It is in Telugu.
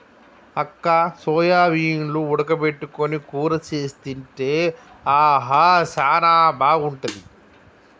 అక్క సోయాబీన్లు ఉడక పెట్టుకొని కూర సేసి తింటే ఆహా సానా బాగుంటుంది